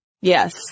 Yes